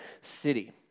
city